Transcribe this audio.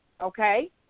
okay